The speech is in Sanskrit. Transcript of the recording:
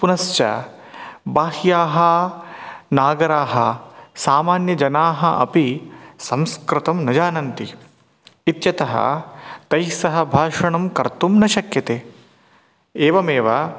पुनश्च बाह्याः नागराः सामान्यजनाः अपि संस्कृतम् न जानन्ति इत्यतः तैः सह भाषणं कर्तुं न शक्यते एवमेव